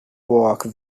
walk